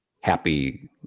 happy